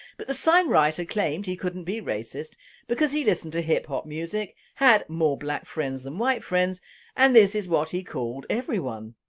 but the sign-writer claimed he couldn't be racist because he listened to hip-hop music, had more black friends than white friends and this is what he called everyone.